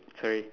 sorry